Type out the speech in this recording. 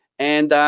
and